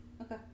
Okay